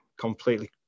completely